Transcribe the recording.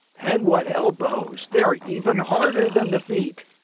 and what elbows! they are even harder than the feet!